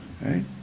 Right